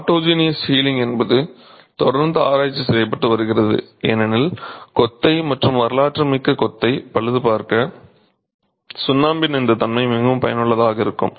autogenous healing என்பது தொடர்ந்து ஆராய்ச்சி செய்யப்பட்டு வருகிறது ஏனெனில் கொத்தை மற்றும் வரலாற்றுமிக்க கொத்தை பழுதுபார்க்க சுண்ணாம்பின் இந்த தன்மை மிகவும் பயனுள்ளதாக இருக்கும்